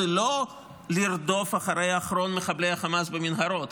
זה לא לרדוף אחרי אחרון מחבלי חמאס במנהרות,